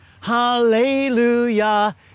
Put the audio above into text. hallelujah